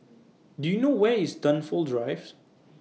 Do YOU know Where IS Dunsfold Drive